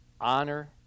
Honor